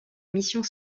missions